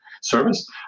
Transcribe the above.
service